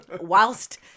whilst